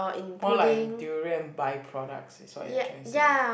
more like durian by products is what you are trying to say